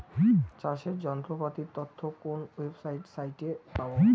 চাষের যন্ত্রপাতির তথ্য কোন ওয়েবসাইট সাইটে পাব?